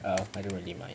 I don't really mind